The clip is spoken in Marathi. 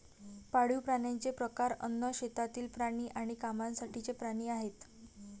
पाळीव प्राण्यांचे प्रकार अन्न, शेतातील प्राणी आणि कामासाठीचे प्राणी आहेत